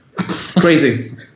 crazy